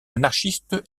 anarchiste